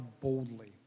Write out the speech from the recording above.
boldly